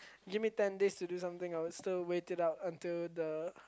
give me ten days to do something I would still wait it out until the